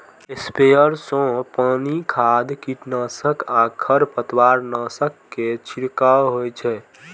sprayer सं पानि, खाद, कीटनाशक आ खरपतवारनाशक के छिड़काव होइ छै